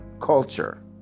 Culture